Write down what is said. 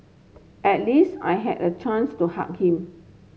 at least I had a chance to hug him